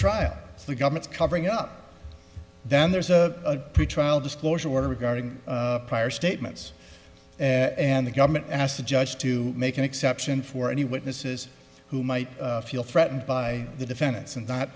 trial the government's covering up then there's a pretrial disclosure order regarding prior statements and the government asked the judge to make an exception for any witnesses who might feel threatened by the defendants and not